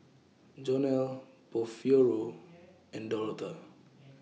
Jonell Porfirio and Dorotha